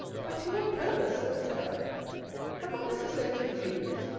but to what purpose, sir! said i had not mr. solmes a view in this?